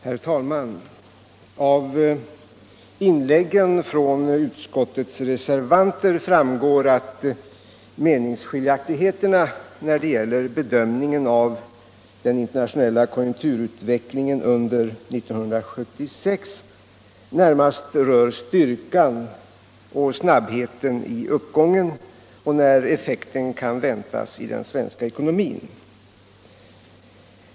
Herr talman! Av inläggen från finansutskottets reservanter framgår att meningsskiljaktigheterna när det gäller bedömningen av den internationella konjunkturutvecklingen under 1976 närmast rör styrkan och snabbheten i uppgången och när effekten kan väntas i den svenska ekonomin.